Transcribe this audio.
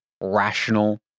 rational